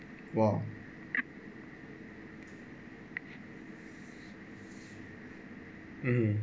!wah! mmhmm